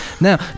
Now